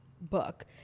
book